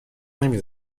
نمی